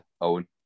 Owen